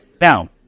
Now